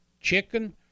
chicken